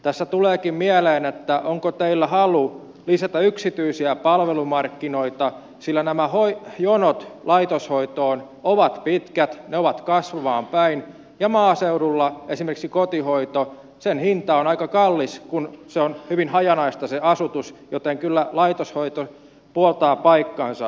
tässä tuleekin mieleen että onko teillä halu lisätä yksityisiä palvelumarkkinoita sillä nämä jonot laitoshoitoon ovat pitkät ne ovat kasvamaan päin ja maaseudulla esimerkiksi kotihoidon hinta on aika kallis kun se on hyvin hajanaista se asutus joten kyllä laitoshoito puoltaa paikkaansa